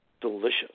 delicious